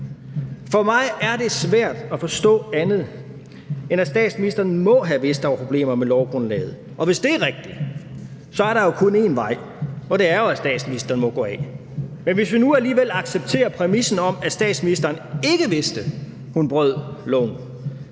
For mig er det svært at forstå andet, end at statsministeren må have vidst, at der var problemer med lovgrundlaget, og hvis det er rigtigt, så er der jo kun en vej, og det er, at statsministeren må gå af. Men hvis vi nu alligevel accepterer præmissen om, at statsministeren ikke vidste, hun brød loven,